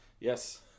Yes